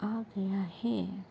آ گیا ہے